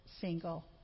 single